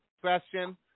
Question